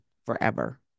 Forever